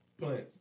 Plants